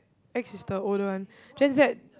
X is the older one Gen-Z